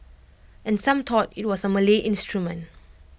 and some thought IT was A Malay instrument